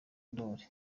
ndoli